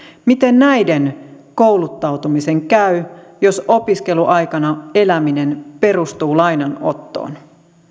miten näiden kouluttautumisen käy jos opiskeluaikana eläminen perustuu lainanottoon